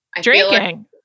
Drinking